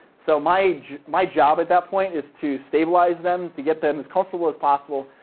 so my my job at that point is to stabilize them, to get them as comfortable as possible,